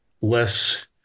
less